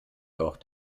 doch